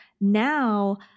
Now